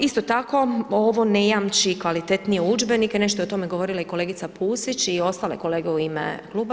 Isto tako, ovo ne jamči kvalitetnije udžbenike, nešto je o tome govorila i kolegica Pusić i ostale kolege u ime kluba.